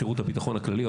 שירות הביטחון הכללי,